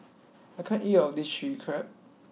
I can't eat all of this Chilli Crab